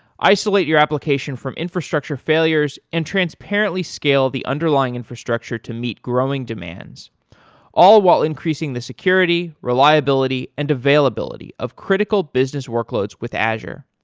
isolate your application from infrastructure failures and transparently scale the underlying infrastructure to meet growing demands all while increasing the security, reliability and availability of critical business workloads with azure.